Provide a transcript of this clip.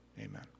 Amen